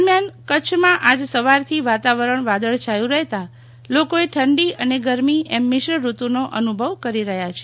દરમિયાન કચ્છમાં આજ સવારથી વાતાવરણ વાદળછાયું રહેતા લોકો ઠંડી અને ગરમી મિશ્ર ઋતુનો અનુભવ કરી રહ્યા છે